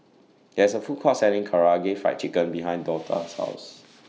There IS A Food Court Selling Karaage Fried Chicken behind Dortha's House